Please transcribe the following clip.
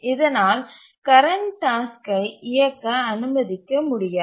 இதனால் கரண்ட் டாஸ்க்யை இயக்க அனுமதிக்க முடியாது